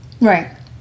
Right